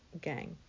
Gang